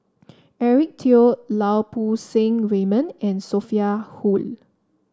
Eric Teo Lau Poo Seng Raymond and Sophia Hull